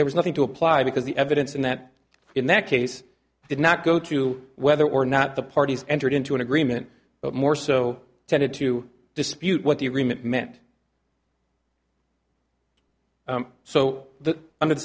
there was nothing to apply because the evidence in that in that case did not go to whether or not the parties entered into an agreement but more so tended to dispute what the agreement meant so the under the